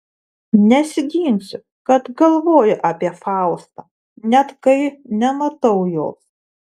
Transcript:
nesiginsiu kad galvoju apie faustą net kai nematau jos